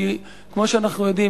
כי כמו שאנחנו יודעים,